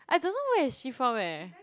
I don't know where is she from eh